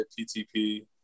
ptp